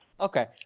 Okay